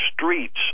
streets